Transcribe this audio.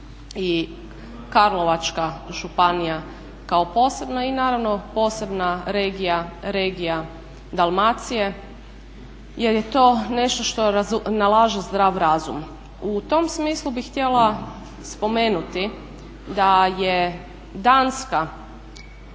i Karlovačka županija kao posebna i naravno posebna regija, regija Dalmacije jer je to nešto što nalaže zdrav razum. U tom smislu bih htjela spomenuti da je Danska